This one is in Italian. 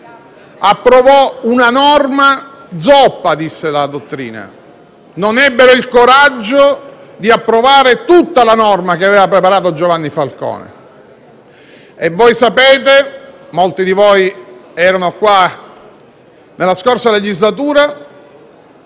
approvò una norma zoppa, come disse la dottrina; non ebbero il coraggio di approvare tutta la norma che aveva preparato Giovanni Falcone. E voi sapete - molti di voi erano qua nella scorsa legislatura